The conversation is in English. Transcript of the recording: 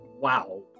wow